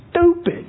stupid